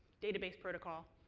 database protocol.